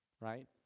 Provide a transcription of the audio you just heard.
right